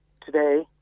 today